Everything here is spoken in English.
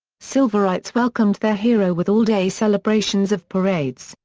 silverites welcomed their hero with all-day celebrations of parades,